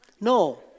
No